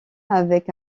avec